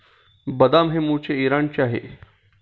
बदाम हे मूळचे इराणचे आहे